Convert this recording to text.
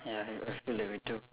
ya I I feel that way too